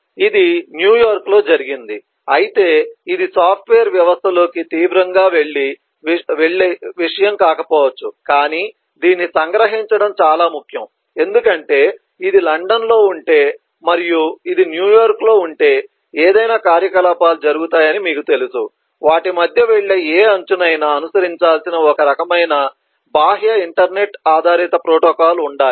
ఇది న్యూయార్క్లో జరిగింది అయితే ఇది సాఫ్ట్వేర్ వ్యవస్థలోకి తీవ్రంగా వెళ్ళే విషయం కాకపోవచ్చు కాని దీన్ని సంగ్రహించడం చాలా ముఖ్యం ఎందుకంటే ఇది లండన్లో ఉంటే మరియు ఇది న్యూయార్క్లో ఉంటే ఏదైనా కార్యకలాపాలు జరుగుతాయని మీకు తెలుసు వాటి మధ్య వెళ్ళే ఏ అంచునైనా అనుసరించాల్సిన ఒక రకమైన బాహ్య ఇంటర్నెట్ ఆధారిత ప్రోటోకాల్ ఉండాలి